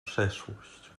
przeszłość